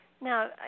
Now